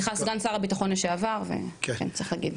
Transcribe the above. סליחה סגן שר הביטחון לשעבר צריך להגיד.